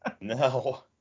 no